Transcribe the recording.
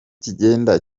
kigenda